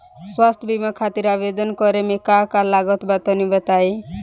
स्वास्थ्य बीमा खातिर आवेदन करे मे का का लागत बा तनि बताई?